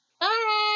bye